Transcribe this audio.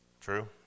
True